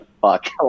fuck